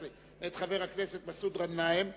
17 מאת חבר הכנסת מסעוד ע'נאים בנושא: